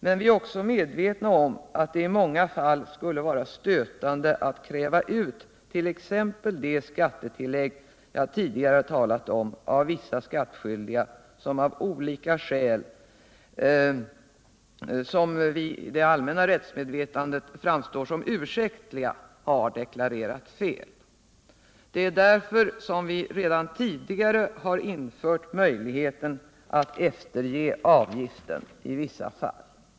Men vi är också medvetna om att det i många fall skulle vara stötande att kräva t.ex. det skattetillägg som jag tidigare talat om av vissa skattskyldiga, som av olika skäl som i det allmänna rättsmedvetandet framstår som ursäktliga har deklarerat fet. Det är därför som vi har infört möjligheten att i vissa fall efterge avgiften.